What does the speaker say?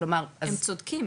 הם צודקים,